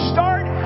Start